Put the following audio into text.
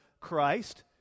Christ